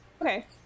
Okay